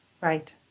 Right